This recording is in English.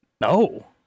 No